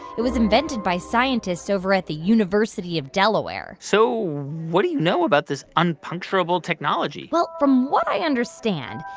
it was invented by scientists over at the university of delaware so what do you know about this unpuncturable technology? well, from what i understand,